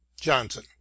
Johnson